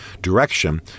direction